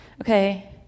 Okay